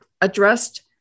addressed